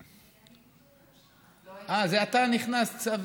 אה, זה עתה נכנסת?